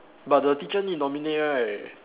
but the teacher need nominate right